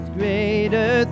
greater